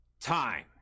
Time